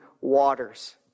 waters